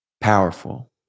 powerful